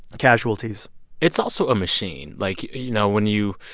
casualties it's also a machine. like, you know, when you